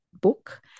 book